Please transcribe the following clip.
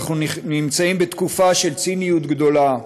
אנחנו נמצאים בתקופה של ציניות גדולה.